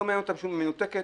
לא מעניין אותם שום דבר, מנותקת